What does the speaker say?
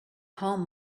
home